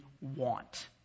want